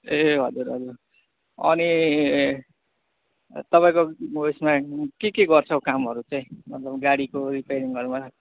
ए हजुर हजुर अनि तपाईँको उयोसमा के के गर्छ हौ कामहरू चाहिँ मतलब गाडीको रिपेरिङहरूमा